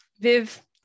Viv